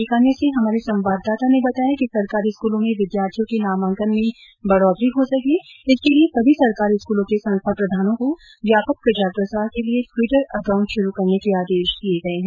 बीकानेर से हमारे संवाददाता ने बताया कि सरकारी स्कूलों में विद्यार्थियों के नामांकन में बढोतरी हो सके इसके लिए सभी सरकारी स्कूलों के संस्था प्रधानों को व्यापक प्रचार प्रसार के लिए टिवटर एकाउंट शुरू करने के आदेश दिए गए हैं